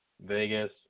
Vegas